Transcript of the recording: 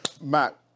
Matt